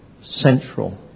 central